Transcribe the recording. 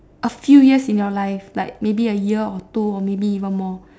a few years in your life like maybe a year or two or maybe even more